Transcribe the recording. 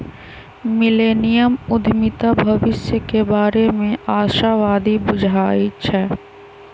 millennium उद्यमीता भविष्य के बारे में आशावादी बुझाई छै